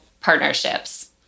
partnerships